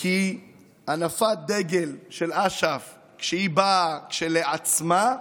כי הנפת דגל של אש"ף כשהיא באה כשלעצמה,